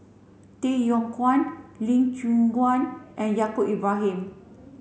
Tay Yong Kwang Lee Choon Guan and Yaacob Ibrahim